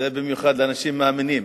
זה במיוחד לאנשים מאמינים.